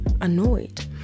annoyed